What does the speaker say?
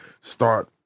start